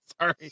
sorry